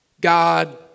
God